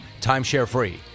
timeshare-free